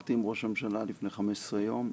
שוחחתי עם ראש הממשלה לפני 15 יום,